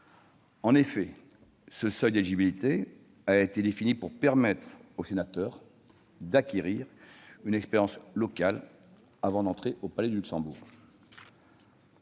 En effet, ce seuil d'éligibilité a été défini pour permettre aux sénateurs d'acquérir une expérience locale avant d'entrer au Palais du Luxembourg.